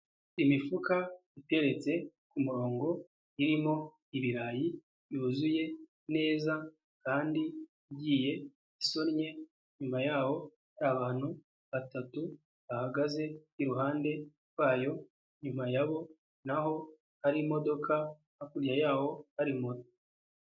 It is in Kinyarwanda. Imifuka iteretse ku murongo irimo ibirayi byuzuye neza kandi igiye isonnye, inyuma yaho hari abantu batatu bahagaze, iruhande rwayo inyuma yabo na ho hari imodoka, hakurya yaho hari moto.